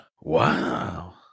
Wow